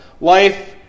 life